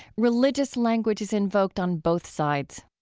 religious language is invoked on both sides.